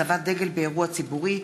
הצבת דגל באירוע ציבורי),